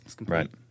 right